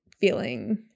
feeling